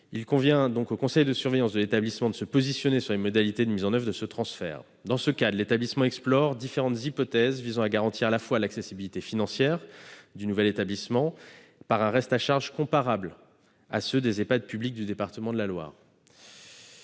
Il revient au conseil de surveillance de l'établissement de se positionner sur les modalités de mise en oeuvre de ce transfert. Dans ce cadre, l'établissement explore différentes hypothèses visant à garantir à la fois l'accessibilité financière du nouvel établissement par un reste à charge comparable à ceux des Ehpad publics du département de la Loire,